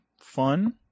fun